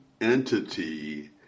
entity